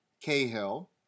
Cahill